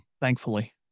thankfully